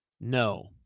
no